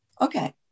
okay